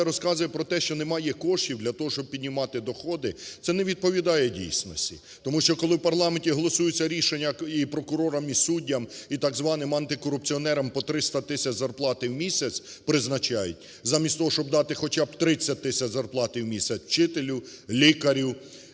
розказує про те, що немає коштів для того, щоб піднімати доходи, це не відповідає дійсності. Тому що коли в парламенті голосуються рішення і прокурорам, і суддям, і так званим антикорупціонерам по 300 тисяч зарплати в місяць призначають замість того, щоб дати хоча б 30 тисяч зарплати в місяць вчителю, лікарю,